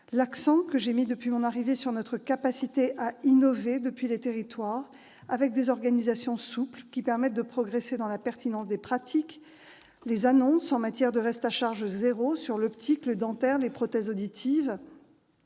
l'accent mis depuis mon arrivée au ministère sur notre capacité à innover depuis les territoires avec des organisations souples qui permettent de progresser dans la pertinence des pratiques. Je pense, enfin, aux annonces en matière de reste à charge zéro sur l'optique, le dentaire et les prothèses auditives,